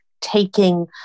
taking